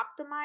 optimize